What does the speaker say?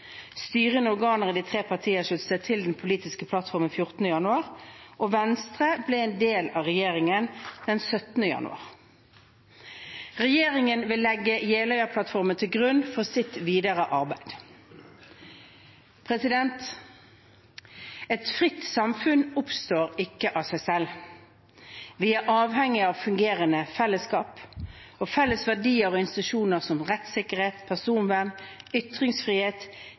Styrende organer i de tre partier sluttet seg til den politiske plattformen 14. januar, og Venstre ble en del av regjeringen 17. januar. Regjeringen vil legge Jeløya-plattformen til grunn for sitt videre arbeid. Et fritt samfunn oppstår ikke av seg selv. Vi er avhengig av fungerende felleskap og felles verdier og institusjoner som rettssikkerhet, personvern, ytringsfrihet,